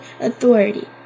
authority